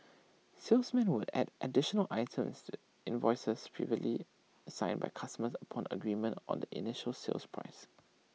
salesmen would add additional items invoices previously signed by customers upon agreement on the initial sale prices